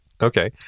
okay